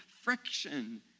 friction